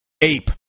Ape